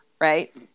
Right